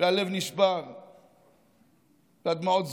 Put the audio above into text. והלב נשבר והדמעות זולגות.